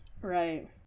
Right